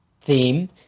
theme